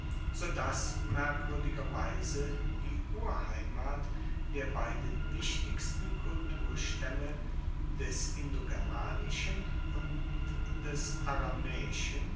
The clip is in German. so dass merkwuerdigerweise die urheimat der beiden wichtigsten kulturstaemme des indogermanischen und des